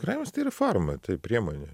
šokiravimas tai yra forma tai priemonė